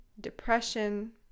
depression